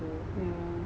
yeah